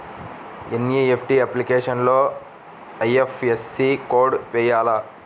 NEFT అప్లికేషన్లో IFSC code వేయాలా?